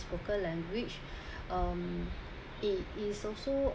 spoken language um it is also